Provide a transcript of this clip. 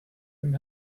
him